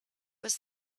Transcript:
was